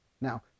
now